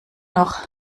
noch